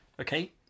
Okay